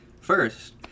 First